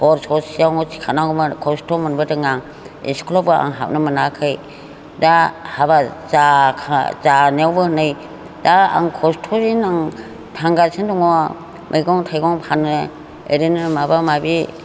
हर ससेयावनो सिखारनांगौमोन खस्त' मोनबोदों आं स्कुलावबो आं हाबनो मोनाखै दा हाबा जानायावबो नै दा आं खस्त'यैनो आं थांगासिनो दङ मैगं थाइगं फानो ओरैनो माबा माबि